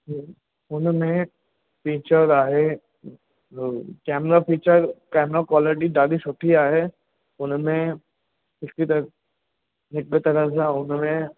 हुन में फ़ीचर आहे कैमरा फ़ीचर कैमरा कॉलिटी ॾाढी सुठी आहे हुन में इस्पीकर हिकु तरह सां हुन में